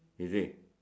is it